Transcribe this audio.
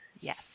yes